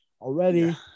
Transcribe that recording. already